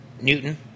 Newton